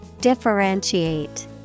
Differentiate